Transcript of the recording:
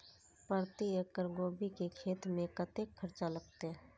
प्रति एकड़ गोभी के खेत में कतेक खर्चा लगते?